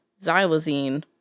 xylazine